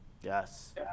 Yes